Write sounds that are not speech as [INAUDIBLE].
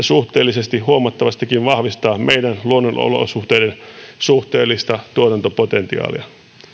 [UNINTELLIGIBLE] suhteellisesti huomattavastikin vahvistaa meidän luonnonolosuhteidemme suhteellista tuotantopotentiaalia